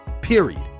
Period